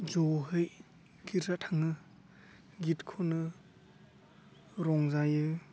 जहै गिर्जा थाङो गित खनो रंजायो